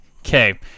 okay